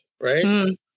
right